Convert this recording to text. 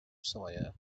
sawyer